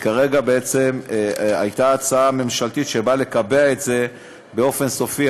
כרגע בעצם הייתה הצעה ממשלתית שבאה לקבע את זה באופן סופי.